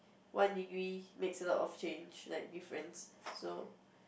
one degree makes a lot of change like difference